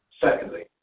Secondly